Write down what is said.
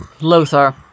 Lothar